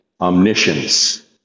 omniscience